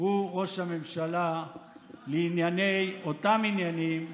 הוא ראש הממשלה לענייני אותם עניינים,